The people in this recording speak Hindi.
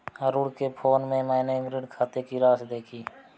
अरुण के फोन में मैने ऋण खाते की राशि देखी